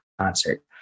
concert